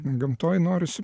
gamtoj norisi